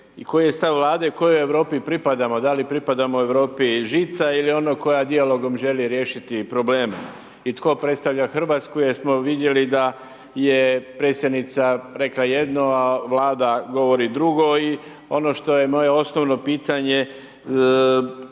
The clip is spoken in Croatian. koji je stav Vlade kojoj Europi pripadamo, da li pripadamo Europi žica ili onoj koja dijalogom želi riješiti problem i tko predstavlja Hrvatsku jer smo vidjeli da je predsjednica rekla jedno, a Vlada govori drugo i ono što je moje osnovno pitanje